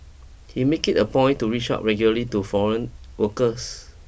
he makes it a point to reach out regularly to foreign workers